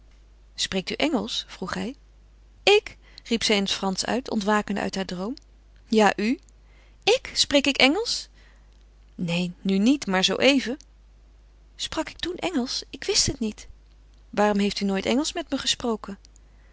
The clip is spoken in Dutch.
u engelsch vroeg hij ik riep zij in het fransch uit ontwakende uit haar droom ja u ik spreek ik engelsch neen nu niet maar zoo even sprak ik toen engelsch ik wist het niet waarom heeft u nooit engelsch met me gesproken